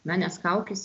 na nes kaukis